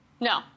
No